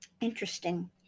Interesting